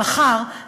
מחר,